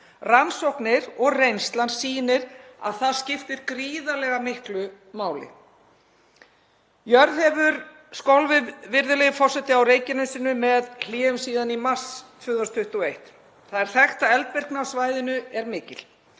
Rannsóknir og reynslan sýnir að það skiptir gríðarlega miklu máli. Jörð hefur skolfið, virðulegi forseti, á Reykjanesinu með hléum síðan í mars 2021. Það er þekkt að eldvirkni á svæðinu er mikil.